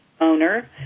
owner